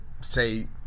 say